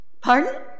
pardon